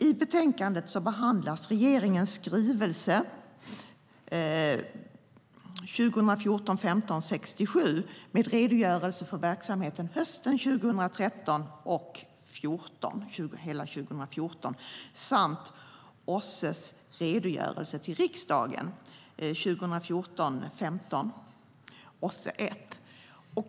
I betänkandet behandlas regeringens skrivelse 2014 15:OSSE1.